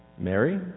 Mary